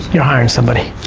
you're hiring somebody.